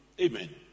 Amen